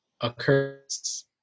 occurs